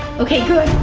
okay good,